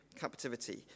captivity